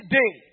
day